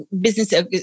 business